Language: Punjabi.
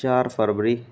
ਚਾਰ ਫਰਵਰੀ